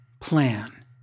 plan